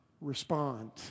respond